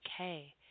okay